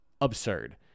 absurd